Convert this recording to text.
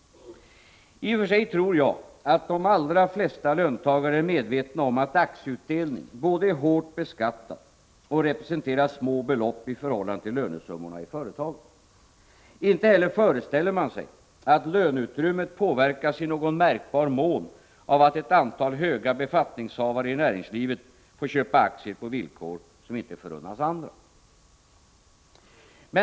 I och för sig tror jag att de allra flesta löntagare är medvetna om att aktieutdelning både är hårt beskattad och representerar små belopp i förhållande till lönesummorna i företagen. Inte heller föreställer man sig att löneutrymmet påverkas i någon märkbar mån av att ett antal höga befattningshavare i näringslivet får köpa aktier på villkor som inte förunnas andra.